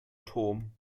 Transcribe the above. toom